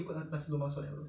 put coconut in the rice